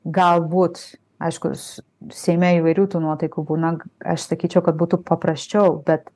galbūt aiškus seime įvairių tų nuotaikų būna aš sakyčiau kad būtų paprasčiau bet